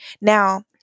now